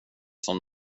som